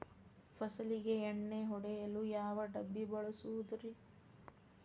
ಫಸಲಿಗೆ ಎಣ್ಣೆ ಹೊಡೆಯಲು ಯಾವ ಡಬ್ಬಿ ಬಳಸುವುದರಿ?